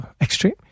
extreme